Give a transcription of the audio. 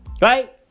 Right